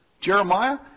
Jeremiah